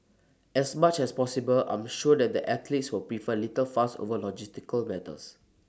as much as possible I am sure that the athletes will prefer little fuss over logistical matters